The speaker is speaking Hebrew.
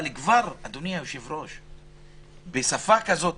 אבל כבר עכשיו לדבר בשפה כזאת,